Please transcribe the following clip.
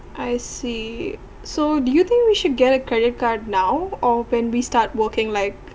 I see so do you think we should get a credit card now or when we start working like